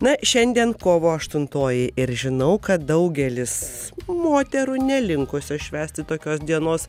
na šiandien kovo aštuntoji ir žinau kad daugelis moterų nelinkusios švęsti tokios dienos